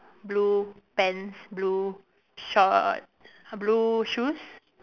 blue pants blue shorts blue shoes